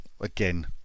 again